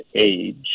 age